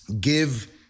give